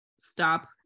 stop